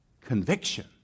conviction